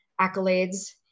accolades